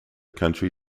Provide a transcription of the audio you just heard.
country